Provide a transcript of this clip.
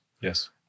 Yes